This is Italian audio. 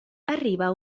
arriva